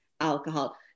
alcohol